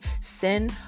Sin